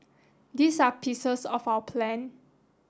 these are pieces of our plan